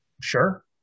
Sure